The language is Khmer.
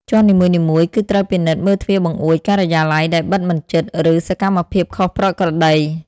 ជាន់នីមួយៗ គឺត្រូវពិនិត្យមើលទ្វារបង្អួច ការិយាល័យដែលបិទមិនជិត ឬសកម្មភាពខុសប្រក្រតី។